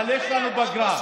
אבל יש לנו פגרה.